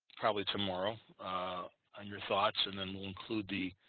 probably tomorrow on your thoughts and then we'll include the